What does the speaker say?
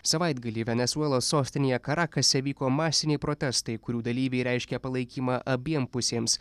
savaitgalį venesuelos sostinėje karakase vyko masiniai protestai kurių dalyviai reiškė palaikymą abiem pusėms